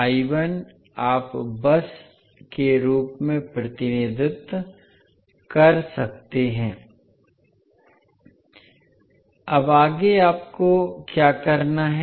आप बस के रूप में प्रतिनिधित्व कर सकते हैं अब आगे आपको क्या करना है